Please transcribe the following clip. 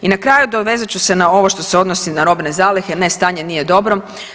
I na kraju dovezat ću se na ovo što se odnosi na robne zalihe, ne stanje nije dobro.